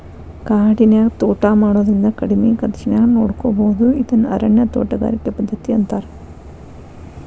ಕಾಡಿನ್ಯಾಗ ತೋಟಾ ಮಾಡೋದ್ರಿಂದ ಕಡಿಮಿ ಖರ್ಚಾನ್ಯಾಗ ನೋಡ್ಕೋಬೋದು ಇದನ್ನ ಅರಣ್ಯ ತೋಟಗಾರಿಕೆ ಪದ್ಧತಿ ಅಂತಾರ